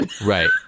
Right